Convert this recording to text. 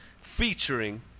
featuring